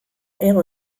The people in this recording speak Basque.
hego